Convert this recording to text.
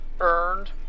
earned